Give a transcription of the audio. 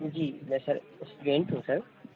جی میں sir student ہوں سر